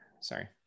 sorry